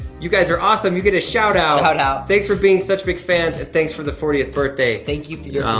you guys are awesome. you get a shout-out. shout-out. thanks for being such big fans, and thanks for the fortieth birthday thank you for your